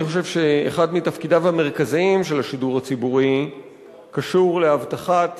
אני חושב שאחד מתפקידיו המרכזיים של השידור הציבורי קשור להבטחת